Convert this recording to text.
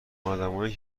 ادمایی